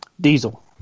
Diesel